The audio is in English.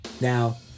Now